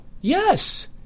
Yes